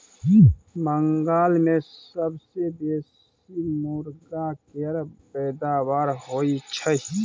बंगाल मे सबसँ बेसी मुरगा केर पैदाबार होई छै